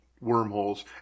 wormholes